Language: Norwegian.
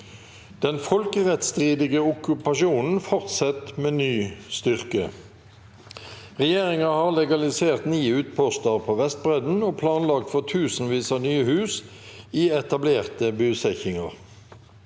Den folkerettsstridige okkupasjonen fortset med ny styrke. Regjeringa har legalisert ni utpostar på Vestbredden og planlagt for tusenvis av nye hus i etablerte busetjingar.